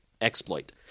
exploit